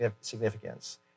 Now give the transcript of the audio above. Significance